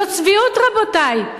זו צביעות, רבותי.